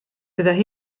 byddai